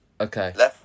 Okay